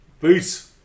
Peace